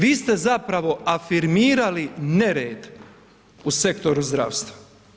Vi ste zapravo afirmirali nered u sektoru zdravstva.